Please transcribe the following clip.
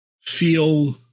feel